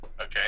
okay